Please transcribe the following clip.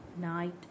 night